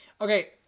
Okay